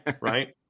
right